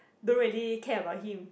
don't really care about him